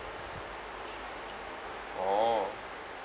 orh